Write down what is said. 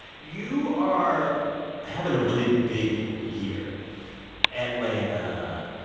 you are having a really big year atlanta,